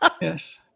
Yes